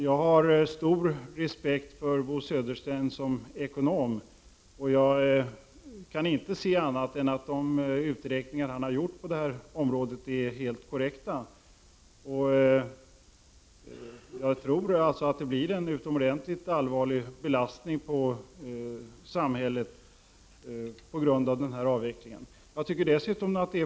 Jag har stor respekt för Bo Södersten som ekonom, och jag kan inte se annat än att de uträkningar han har gjort på området är korrekta. Jag tror alltså att denna avveckling kommer att bli en utomordentligt allvarlig belastning på samhället.